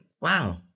wow